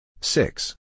Six